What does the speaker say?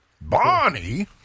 Bonnie